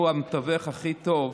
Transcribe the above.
הוא המתווך הכי טוב,